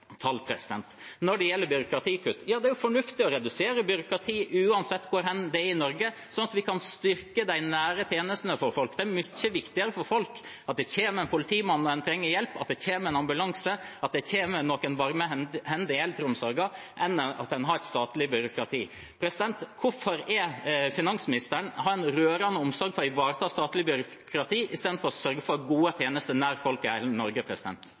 tall. Når det gjelder byråkratikutt: Ja det er fornuftig å redusere byråkrati uansett hvor hen det er i Norge, slik at vi kan styrke de nære tjenestene for folk. Det er mye viktigere for folk at det kommer en politimann når en trenger hjelp, at det kommer en ambulanse, at det kommer noen varme hender i eldreomsorgen, enn at en har et statlig byråkrati. Hvorfor har finansministeren en rørende omsorg for å ivareta statlig byråkrati istedenfor å sørge for gode tjenester nær folk i hele Norge?